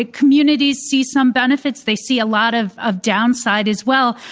ah communities see some benefits. they see a lot of of downside as well.